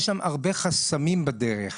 יש שם הרבה חסמים בדרך.